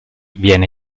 viene